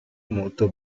molto